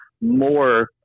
more